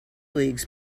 leagues